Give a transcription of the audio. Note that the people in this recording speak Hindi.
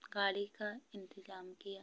गाड़ी का इंतज़ाम किया